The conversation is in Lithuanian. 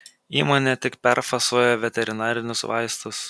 įmonė tik perfasuoja veterinarinius vaistus